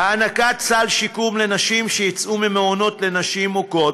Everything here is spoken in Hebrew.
הענקת סל שיקום לנשים שיצאו ממעונות לנשים מוכות.